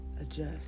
adjust